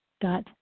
dot